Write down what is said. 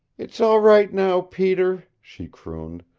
it's all right now, peter, she crooned.